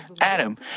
Adam